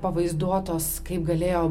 pavaizduotos kaip galėjo